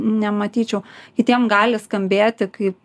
nematyčiau kitiem gali skambėti kaip